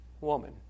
woman